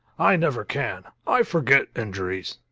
i never can. i forget injuries.